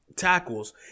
tackles